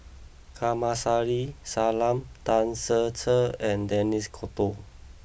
Kamsari Salam Tan Ser Cher and Denis D'Cotta